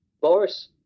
Boris